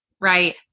right